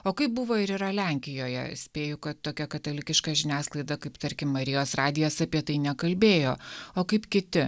o kaip buvo ir yra lenkijoje spėju kad tokia katalikiška žiniasklaida kaip tarkim marijos radijas apie tai nekalbėjo o kaip kiti